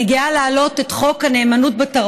אנחנו עוברים להצעת חוק התרבות